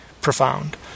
profound